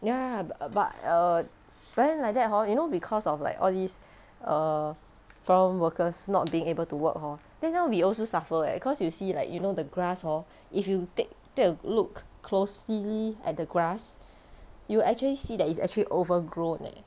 ya b~ but err but then like that hor you know because of like all these err foreign workers not being able to work hor then now we also suffer eh cause you see like you know the grass hor if you take take a look closely at the grass you actually see that it's actually overgrown eh